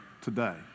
today